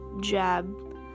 jab